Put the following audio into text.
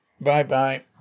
Bye-bye